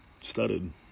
studded